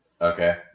Okay